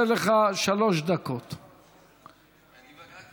חוק לתיקון פקודת העיריות (מס' 146,